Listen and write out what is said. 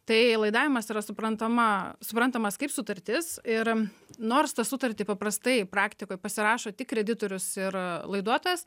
tai laidavimas yra suprantama suprantamas kaip sutartis ir nors tą sutartį paprastai praktikoj pasirašo tik kreditorius ir laiduotojas